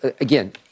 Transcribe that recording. Again